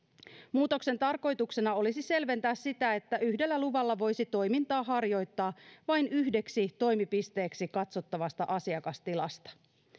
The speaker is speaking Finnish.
muutoksen tarkoituksena olisi selventää sitä että yhdellä luvalla voisi harjoittaa toimintaa vain yhdeksi toimipisteeksi katsottavasta asiakastilasta